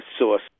source